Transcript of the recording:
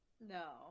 No